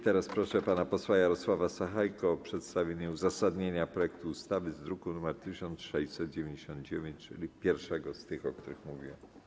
Teraz proszę pana posła Jarosława Sachajkę o przedstawienie uzasadnienia projektu ustawy z druku nr 1699, czyli pierwszego z tych, o których mówiłem.